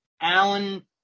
Alan